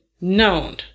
known